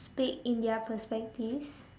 speak in their perspectives